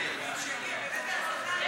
סעיף 1 נתקבל.